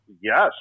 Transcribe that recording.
yes